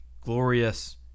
glorious